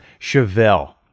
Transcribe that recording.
Chevelle